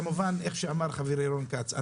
כמובן איך שאמר חברי רון כץ,